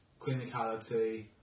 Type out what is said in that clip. clinicality